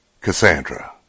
Cassandra